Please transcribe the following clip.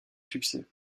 succès